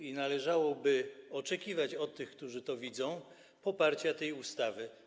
I należałoby oczekiwać od tych, którzy to widzą, poparcia tej ustawy.